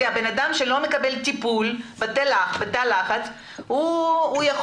כי אדם שלא מקבל טיפול בתא לחץ מצבו